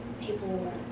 people